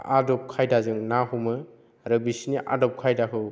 आदब खायदाजों ना हमो आरो बिसोरनि आदब खायदाखौ